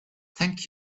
thank